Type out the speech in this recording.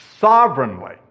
sovereignly